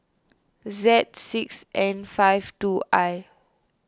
Z six N five two I